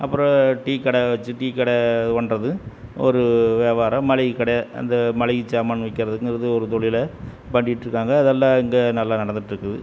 அப்புறம் டீ கடை வெச்சி டீ கடை பண்ணுறது ஒரு வியாபாரம் மளிகை கடை அந்த மளிகை சாமான் விற்கிறதுங்கிறது ஒரு தொழிலா பண்ணிட்ருக்காங்க அதெல்லாம் இங்கே நல்லா நடந்துட்டுருக்குது